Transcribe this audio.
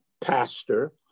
pastor